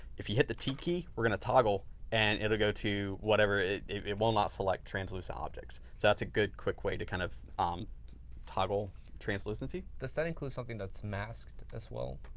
if you hit the t key, we're going to toggle and it'll go to whatever it it will not select translucent objects. so that's a good quick way to kind of um toggle translucency. victor does that include something that's masked as well?